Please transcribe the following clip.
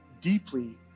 deeply